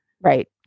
Right